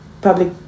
public